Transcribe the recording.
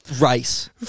Rice